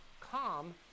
calm